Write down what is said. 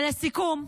לסיכום,